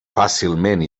fàcilment